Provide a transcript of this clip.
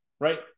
right